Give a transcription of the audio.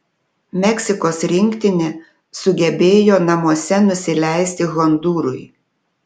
meksikos rinktinė sugebėjo namuose nusileisti hondūrui